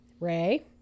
Ray